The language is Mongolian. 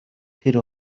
тэр